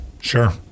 Sure